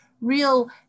real